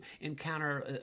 encounter